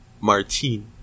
Martine